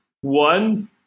one